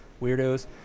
weirdos